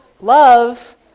love